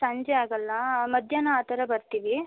ಸಂಜೆ ಆಗೊಲ್ಲ ಮಧ್ಯಾಹ್ನ ಆ ಥರ ಬರ್ತೀವಿ